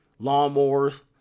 lawnmowers